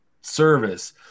service